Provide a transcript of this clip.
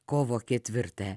kovo ketvirtą